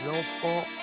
enfants